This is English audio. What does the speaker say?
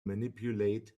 manipulate